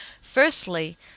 firstly